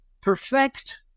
perfect